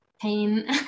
pain